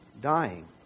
Dying